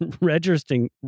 registering